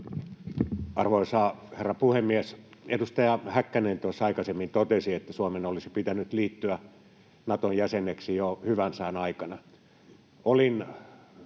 Arvoisa herra puhemies! Edustaja Häkkänen tuossa aikaisemmin totesi, että Suomen olisi pitänyt liittyä Naton jäseneksi jo hyvän sään aikana.